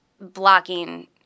blocking